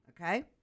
Okay